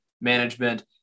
management